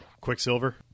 Quicksilver